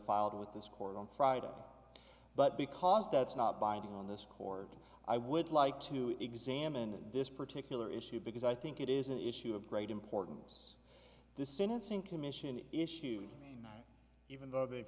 filed with this court on friday but because that's not binding on this chord i would like to examine this particular issue because i think it is an issue of great importance the sentencing commission issued even though they've